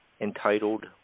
entitled